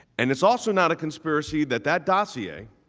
and is also not a conspiracy that that dossier